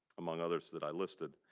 among others that i listed.